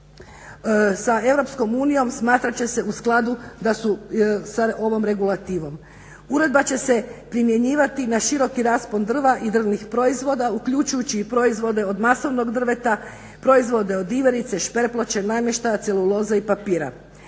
sa EU smatrat će se u skladu da su sa ovom regulativom. Uredba će se primjenjivati na široki raspon drva i drvnih proizvoda uključujući i proizvode od masovnog drveta, proizvode od iverice, šper-ploče, namještaja, celuloze i papira.